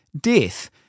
death